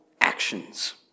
actions